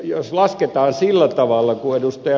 jos lasketaan sillä tavalla kuin ed